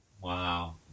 Wow